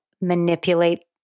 manipulate